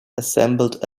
assembled